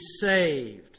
saved